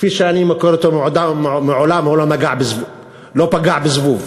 כפי שאני מכיר אותו, מעולם הוא לא פגע בזבוב,